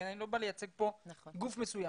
אני לא בא לייצג פה גוף מסוים,